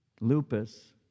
lupus